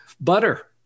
butter